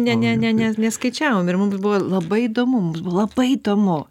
ne ne ne ne neskaičiavom ir mums buvo labai įdomu mums buvo labai įdomu